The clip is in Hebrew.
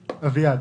אביעד,